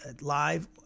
live